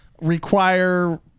require